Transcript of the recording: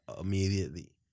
immediately